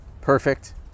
perfect